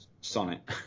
sonnet